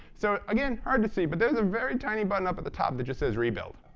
so again, hard to see, but there's a very tiny button up at the top that just says rebuild.